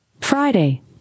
Friday